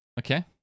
Okay